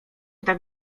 tak